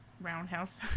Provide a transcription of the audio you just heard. Roundhouse